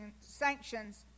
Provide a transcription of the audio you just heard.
sanctions